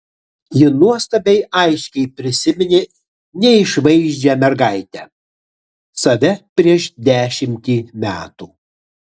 ji nuostabiai aiškiai prisiminė neišvaizdžią mergaitę save prieš dešimtį metų